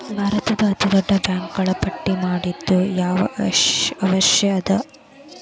ಭಾರತದ್ದು ಅತೇ ದೊಡ್ಡ ಬ್ಯಾಂಕುಗಳ ಪಟ್ಟಿ ಮಾಡೊದು ಯಾಕ್ ಅವಶ್ಯ ಅದ?